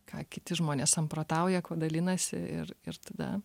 ką kiti žmonės samprotauja kuo dalinasi ir ir tada